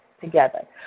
together